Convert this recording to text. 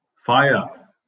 Fire